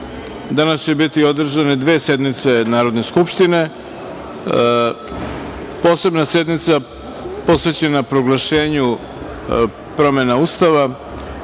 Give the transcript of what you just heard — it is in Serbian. danas biti održane dve sednice Narodne skupštine. Posebna sednica posvećena proglašenju promena Ustava